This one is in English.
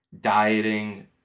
dieting